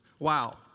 Wow